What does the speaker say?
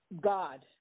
God